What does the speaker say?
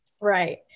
Right